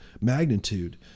magnitude